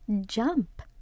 Jump